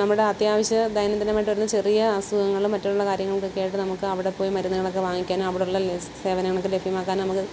നമ്മുടെ അത്യാവശ്യ ദൈന്യദനാമായിട്ട് വരുന്ന ചെറിയ അസുഖങ്ങളും മറ്റുള്ള കാര്യങ്ങൾക്കൊക്കെയായിട്ട് നമുക്ക് അവിടെ പോയി മരുന്നുകളൊക്കെ വാങ്ങിക്കാനും അവടുള്ള ലിസ് സേവനങ്ങളൊക്ക ലഭ്യമാക്കാനും നമുക്ക്